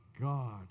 God